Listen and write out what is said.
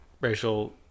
racial